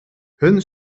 hun